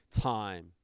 time